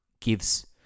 gives